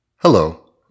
Hello